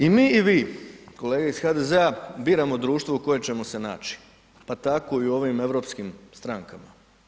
I mi i vi, kolege iz HDZ-a biramo društvo u kojem ćemo se naći, pa tako i u ovim europskim strankama.